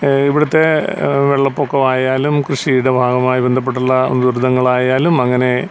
ഇവിടുത്തെ വെള്ളപ്പൊക്കമായാലും കൃഷിയുടെ ഭാഗമായി ബന്ധപ്പെട്ടുള്ള ദുരിതങ്ങളായാലും അങ്ങനെ